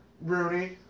Rooney